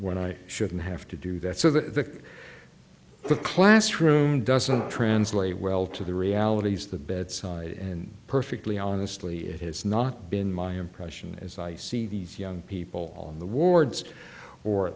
when i shouldn't have to do that so that the classroom doesn't translate well to the realities of the bedside and perfectly honestly it has not been my impression as i see these young people on the wards or